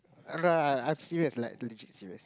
I'm serious like legit serious